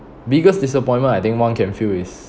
biggest disappointment I think one can feel is